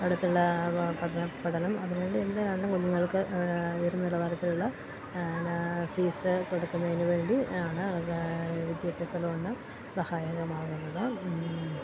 അടുത്തുള്ള പഠനം പഠനം അതിന് വേണ്ടി എൻ്റെ രണ്ട് കുഞ്ഞുങ്ങൾക്ക് ഉയർന്ന നിലവാരത്തിലുള്ള ഞാ ഫീസ് കൊടുക്കുന്നതിന് വേണ്ടിയാണ് അത് വിദ്യാഭ്യാസ ലോണ് സഹായകമാകുന്നത് എന്തിന്